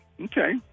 Okay